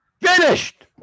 Finished